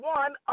one